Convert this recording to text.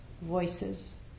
voices